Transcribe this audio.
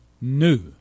new